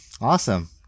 Awesome